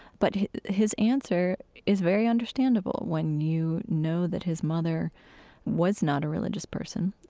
but his answer is very understandable when you know that his mother was not a religious person,